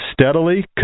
steadily